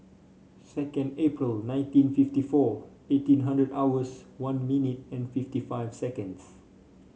second April nineteen fifty four eighteen hundred hours one minute and fifty five seconds